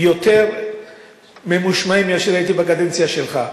יותר ממושמעים מאשר הייתי בקדנציה שלך.